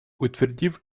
утвердив